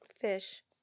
Fish